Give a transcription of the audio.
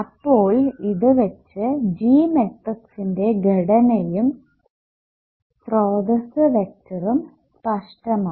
അപ്പോൾ ഇത് വെച്ച് G മെട്രിക്ക്സിന്റെ ഘടനയും സ്രോതസ്സ് വെക്ടറും സ്പഷ്ടമാണ്